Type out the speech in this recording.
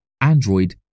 Android